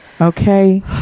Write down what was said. Okay